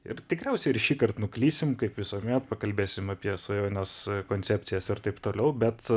ir tikriausiai ir šįkart nuklysim kaip visuomet pakalbėsim apie svajones koncepcijas ir taip toliau bet